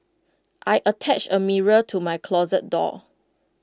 I attached A mirror to my closet door